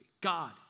God